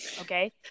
okay